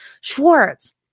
Schwartz